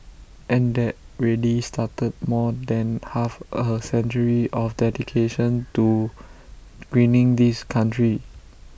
and that really started more than half A century of dedication to greening this country